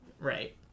Right